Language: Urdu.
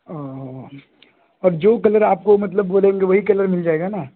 اوہ اور جو کلر آپ کو مطلب بولیں گے وہی کلر مل جائے گا نا